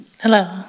Hello